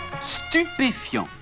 Stupéfiant